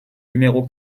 numéro